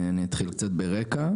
אני אתחיל קצת ברקע: